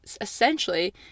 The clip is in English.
essentially